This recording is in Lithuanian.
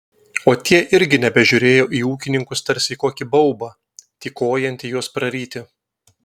o tie irgi nebežiūrėjo į ūkininkus tarsi į kokį baubą tykojantį juos praryti